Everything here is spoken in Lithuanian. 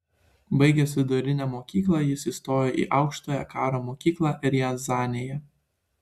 baigęs vidurinę mokyklą jis įstojo į aukštąją karo mokyklą riazanėje